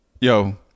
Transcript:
Yo